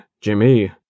Jimmy